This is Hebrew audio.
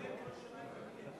הם צריכים לשלם כל שנה את המינימום,